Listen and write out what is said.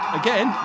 again